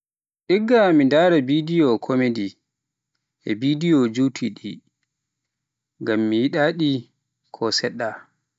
Igga mi ndara bidiyo komedi e bidiyoji yutuɗi, ngam mi yida di ko sedda.